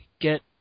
Get